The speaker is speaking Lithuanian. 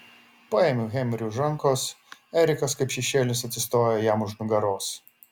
paėmiau henrį už rankos erikas kaip šešėlis atsistojo jam už nugaros